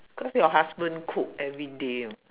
cause your husband cook everyday [what]